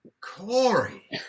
Corey